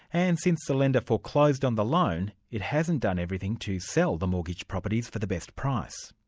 and since the lender foreclosed on the loan, it hasn't done everything to sell the mortgaged properties for the best price.